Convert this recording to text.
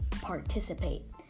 Participate